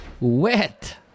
wet